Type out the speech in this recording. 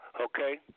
Okay